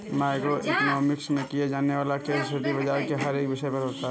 micro economics में किया जाने वाला केस स्टडी बाजार के हर एक विषय पर होता है